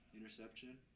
interception